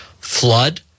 flood